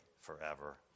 forever